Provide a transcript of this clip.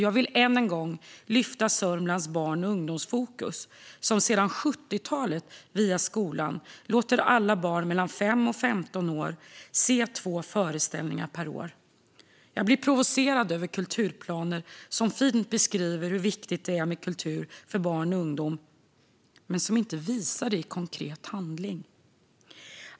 Jag vill än en gång lyfta Sörmlands barn och ungdomsfokus, som sedan 70-talet gör det möjligt för alla barn mellan 5 och 15 år att via skolan se två föreställningar per år. Jag blir provocerad av kulturplaner som fint beskriver hur viktigt det är med kultur för barn och ungdom men inte visar det i konkret handling.